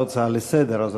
לא הצעה לסדר-היום,